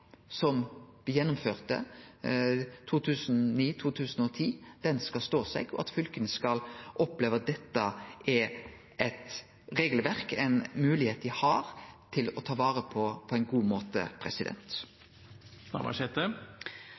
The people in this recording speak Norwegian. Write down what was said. som me gjennomførte i 2009–2010, skal stå seg, og at fylka skal oppleve at dette er eit regelverk, ein moglegheit dei har, til å ta vare på dette på ein god måte.